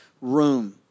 room